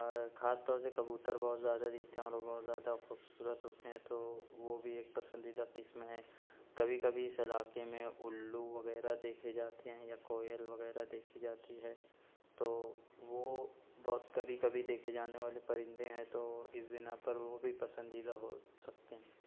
اور خاص طور سے کبوتر بہت زیادہ دکھتے ہیں اور وہ بہت زیادہ خوبصورت ہوتے ہیں تو وہ بھی ایک پسندیدہ قسم ہے کبھی کبھی اس علاقے میں اُلّو وغیرہ دیکھے جاتے ہیں یا کوئل وغیرہ دیکھی جاتی ہے تو وہ بہت کبھی کبھی دیکھے جانے والے پرندے ہیں تو اس بنا پر وہ بھی پسندیدہ ہو سکتے ہیں